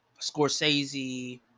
Scorsese